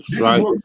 Right